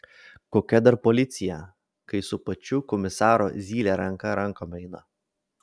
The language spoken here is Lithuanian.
kokia dar policija kai su pačiu komisaru zylė ranka rankon eina